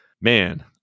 Man